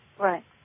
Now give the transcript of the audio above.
Right